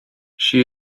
she